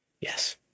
Yes